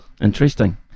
Interesting